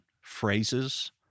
phrases